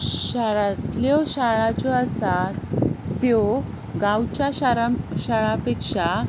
शारांतल्यो शाळा ज्यो आसात त्यो गांवच्या शारां शारां पेक्षा